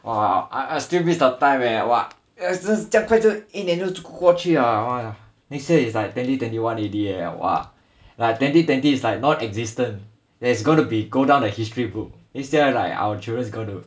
!wah! I I still miss the time eh !wah! 这样快就一年就过去了 !wah! next year is like twenty twenty one already eh !wah! like twenty twenty is like non existent there's gonna be go down the history book next time like our children is going to